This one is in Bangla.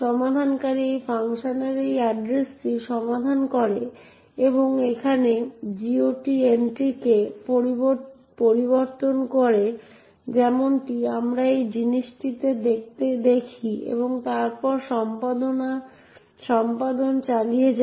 সমাধানকারী এই ফাংশনের এই এড্রেসটি সমাধান করে এবং এখানে GOT এন্ট্রিকে পরিবর্তন করে যেমনটি আমরা এই জিনিসটিতে দেখি এবং তারপরে সম্পাদন চালিয়ে যায়